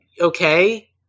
okay